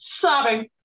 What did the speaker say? sobbing